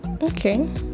Okay